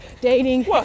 Dating